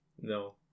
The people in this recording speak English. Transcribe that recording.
No